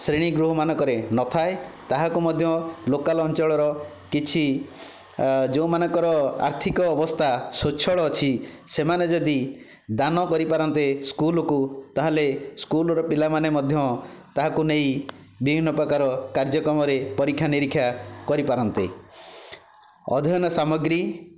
ଶ୍ରେଣୀଗୃହ ମାନଙ୍କରେ ନଥାଏ ତାହାକୁ ମଧ୍ୟ ଲୋକାଲ ଅଞ୍ଚଳର କିଛି ଯେଉଁମାନଙ୍କର ଆର୍ଥିକ ଅବସ୍ଥା ସ୍ଵଚ୍ଛଳ ଅଛି ସେମାନେ ଯଦି ଦାନ କରିପାରନ୍ତେ ସ୍କୁଲକୁ ତାହାଲେ ସ୍କୁଲର ପିଲାମାନେ ମଧ୍ୟ ତାହାକୁ ନେଇ ବିଭିନ୍ନ ପ୍ରକାର କାର୍ଯ୍ୟକ୍ରମରେ ପରୀକ୍ଷା ନିରୀକ୍ଷା କରିପାରନ୍ତେ ଅଧ୍ୟୟନ ସାମଗ୍ରୀ